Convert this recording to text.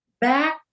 back